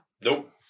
nope